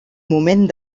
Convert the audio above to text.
moment